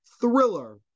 thriller